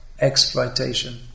exploitation